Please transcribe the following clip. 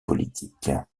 politiques